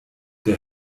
der